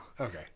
Okay